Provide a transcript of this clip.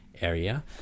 area